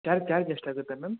charge charge ಎಷ್ಟಾಗುತ್ತೆ ma'am